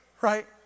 right